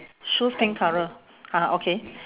shoes pink colour ah okay